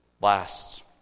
Last